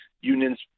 unions